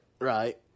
right